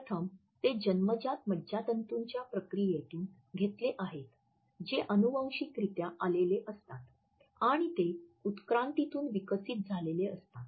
प्रथम ते जन्मजात मज्जातंतूंच्या प्रक्रियेतून घेतले आहेत जे आनुवंशिकरित्या आलेले असतात आणि ते उत्क्रांतीतून विकसित झालेले असतात